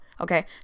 okay